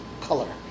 color